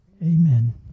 Amen